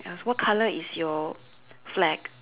ya what colour is your flag